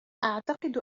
أعتقد